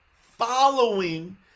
following